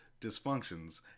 dysfunctions